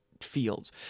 fields